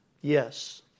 Yes